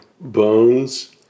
bones